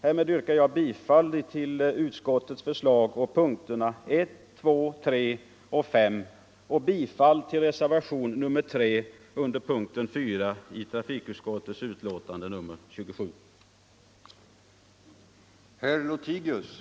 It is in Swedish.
Härmed yrkar jag bifall till utskottets förslag på punkterna 1, 2, 3 och 5 samt bifall till reservationen 3 avseende punkten 4 i trafikutskottets hemställan i dess betänkande nr 27.